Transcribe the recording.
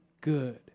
good